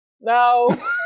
No